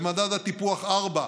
במדד הטיפוח 4,